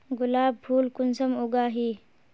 गुलाब फुल कुंसम उगाही?